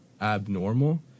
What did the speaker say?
abnormal